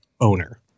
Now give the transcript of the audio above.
owner